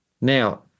Now